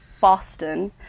Boston